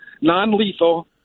non-lethal